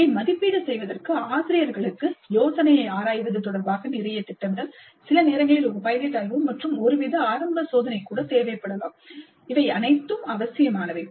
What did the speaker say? இதை மதிப்பீடு செய்வதற்கு ஆசிரியர்களுக்கு யோசனையை ஆராய்வது தொடர்பாக நிறைய திட்டமிடல் சில நேரங்களில் ஒரு பைலட் ஆய்வு மற்றும் ஒருவித ஆரம்ப சோதனை கூட தேவைப்படலாம் ஆகிய அனைத்தும் அவசியமானவை